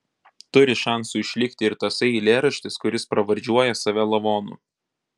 turi šansų išlikti ir tasai eilėraštis kuris pravardžiuoja save lavonu